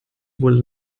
wohl